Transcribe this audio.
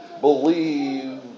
believe